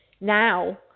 now